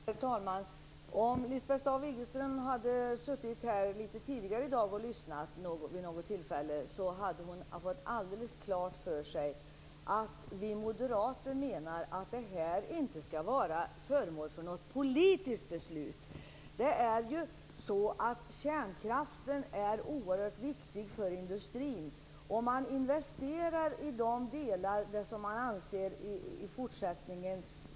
Herr talman! Om Lisbeth Staaf-Igelström hade suttit här litet tidigare i dag och lyssnat vid något tillfälle hade hon fått alldeles klart för sig att vi Moderater menar att det här inte skall vara föremål för något politiskt beslut. Kärnkraften är ju oerhört viktig för industrin. Man investerar i de delar som man anser kan bibehållas i fortsättningen.